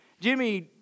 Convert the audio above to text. Jimmy